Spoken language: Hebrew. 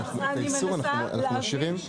אני מנסה להבין.